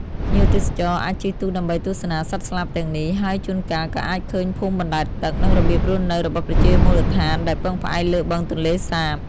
ភ្ញៀវទេសចរអាចជិះទូកដើម្បីទស្សនាសត្វស្លាបទាំងនេះ ហើយជួនកាលក៏អាចឃើញភូមិបណ្តែតទឹក និងរបៀបរស់នៅរបស់ប្រជាជនមូលដ្ឋានដែលពឹងផ្អែកលើបឹងទន្លេសាប។